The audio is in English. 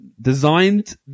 Designed